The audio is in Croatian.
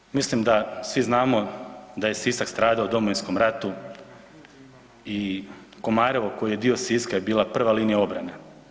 Dakle, mislim da svi znamo da je Sisak stradao u Domovinskom ratu i Komarevo koje je dio Siska je bila prva linija obrane.